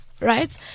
right